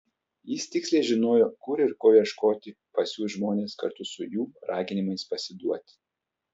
jis tiksliai žinojo kur ir ko ieškoti pasiųs žmones kartu su jų raginimais pasiduoti